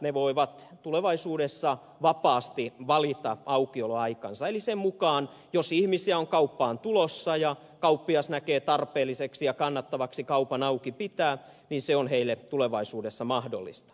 ne voivat tulevaisuudessa vapaasti valita aukioloaikansa eli sen mukaan onko ihmisiä kauppaan tulossa ja näkeekö kauppias tarpeelliseksi ja kannattavaksi kaupan auki pitää se on kauppiaalle tulevaisuudessa mahdollista